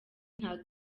nta